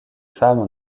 femmes